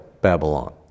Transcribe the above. Babylon